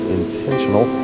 intentional